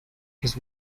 his